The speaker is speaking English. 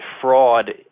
fraud